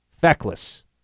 Feckless